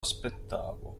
aspettavo